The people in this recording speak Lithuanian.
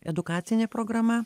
edukacinė programa